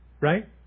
right